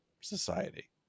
society